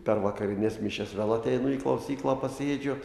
per vakarines mišias vėl ateinu į klausyklą pasėdžiu